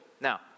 Now